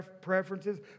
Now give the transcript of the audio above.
preferences